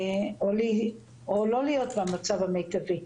או לא להיות במצב המיטבי.